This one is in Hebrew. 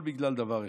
בגלל דבר אחד,